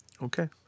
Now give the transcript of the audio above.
Okay